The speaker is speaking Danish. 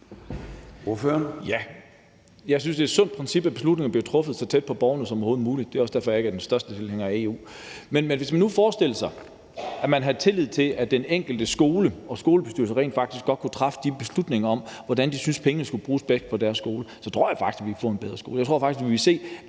Ja. Jeg synes, det er et sundt princip, at beslutninger bliver truffet så tæt på borgerne som overhovedet muligt. Det er også derfor, jeg ikke er den største tilhænger af EU. Men hvis man nu forestillede sig, at man havde tillid til, at den enkelte skole og skolebestyrelse rent faktisk godt kunne træffe de beslutninger om, hvordan de synes pengene bedst kunne bruges på deres skole, så tror jeg faktisk, vi ville få en bedre skole.